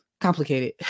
complicated